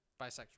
bisexual